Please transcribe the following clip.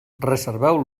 reserveu